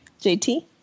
jt